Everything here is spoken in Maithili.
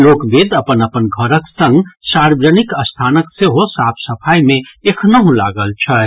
लोकवेद अपन अपन घरक संग सार्वजनिक स्थानक सेहो साफ सफाई मे एखनहुं लागल छथि